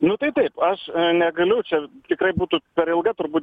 nu tai taip aš negaliu čia tikrai būtų per ilga turbūt